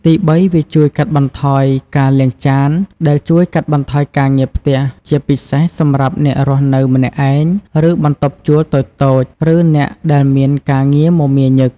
ទីបី វាជួយកាត់បន្ថយការលាងចាន ដែលជួយកាត់បន្ថយការងារផ្ទះ ជាពិសេសសម្រាប់អ្នករស់នៅម្នាក់ឯង ឬបន្ទប់ជួលតូចៗ ឬអ្នកដែលមានការងារមមាញឹក។